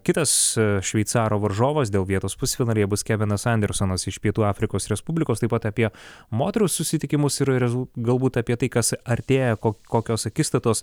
kitas šveicaro varžovas dėl vietos pusfinalyje bus kevinas andersonas iš pietų afrikos respublikos taip pat apie moterų susitikimus ir galbūt apie tai kas artėja kokios akistatos